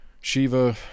Shiva